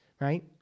right